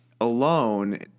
alone